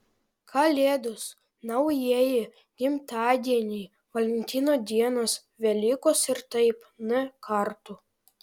kalėdos naujieji gimtadieniai valentino dienos velykos ir taip n kartų